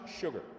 sugar